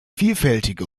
vielfältige